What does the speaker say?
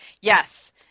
yes